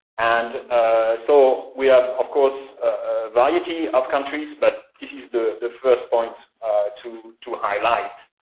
and so we have of course a variety of countries, but this is the the first point to to highlight.